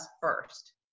first